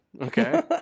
Okay